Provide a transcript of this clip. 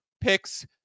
picks